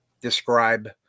describe